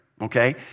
Okay